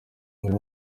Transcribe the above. muri